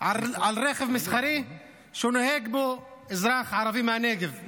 על רכב מסחרי שנוהג בו אזרח ערבי מהנגב,